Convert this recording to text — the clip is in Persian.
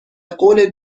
قول